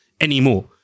anymore